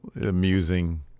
Amusing